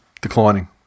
Declining